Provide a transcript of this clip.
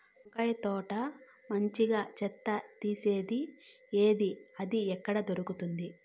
వంకాయ తోట మంచిగా చెత్త తీసేది ఏది? అది ఎక్కడ దొరుకుతుంది?